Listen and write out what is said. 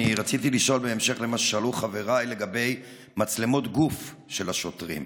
אני רציתי לשאול בהמשך למה ששאלו חבריי לגבי מצלמות גוף של השוטרים.